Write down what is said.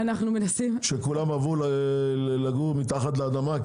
כולם עברו לגור מתחת לאדמה.